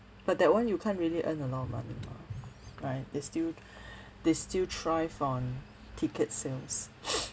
but that one you can't really earn a lot of money mah right they still they still thrive on ticket sales